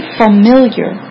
familiar